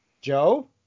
Joe